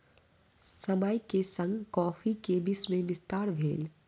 समय के संग कॉफ़ी के विश्व में विस्तार भेल